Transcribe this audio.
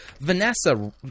Vanessa